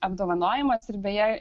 apdovanojimas ir beje